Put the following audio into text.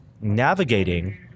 navigating